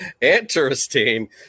Interesting